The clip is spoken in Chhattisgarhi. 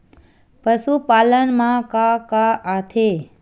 पशुपालन मा का का आथे?